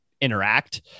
interact